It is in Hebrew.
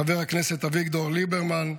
חבר הכנסת אביגדור ליברמן,